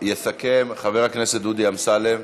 יסכם חבר הכנסת דודי אמסלם.